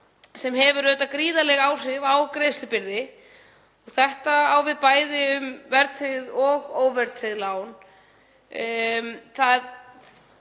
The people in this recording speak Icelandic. sem hefur auðvitað gríðarleg áhrif á greiðslubyrði. Þetta á við bæði um verðtryggð og óverðtryggð lán.